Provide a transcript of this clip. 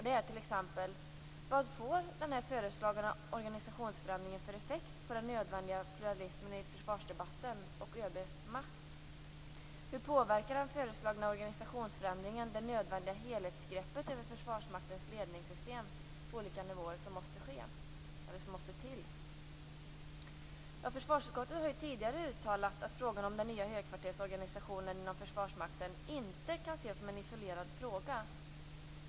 Det är t.ex.: Vad får den föreslagna organisationsförändringen för effekt på den nödvändiga pluralismen i försvarsdebatten och ÖB:s makt? Hur påverkar den föreslagna organisationsförändringen det nödvändiga helhetsgreppet över Försvarsmaktens ledningssystem på olika nivåer som måste till? Försvarsutskottet har tidigare uttalat att frågan om den högkvartersorganisationen inom Försvarsmakten inte kan ses som en isolerad fråga.